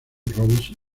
rose